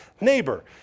neighbor